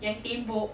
yang tembok